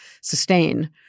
sustain